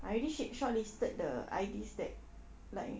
I already sha~ shortlisted the I_Ds that like